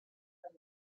many